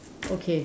okay